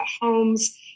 homes